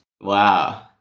Wow